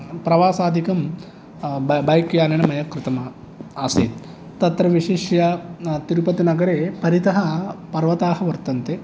प्रवासादिकं ब बैक् यानेन मया कृतम् आसीत् तत्र विशिष्य तिरुपतिनगरं परितः पर्वताः वर्तन्ते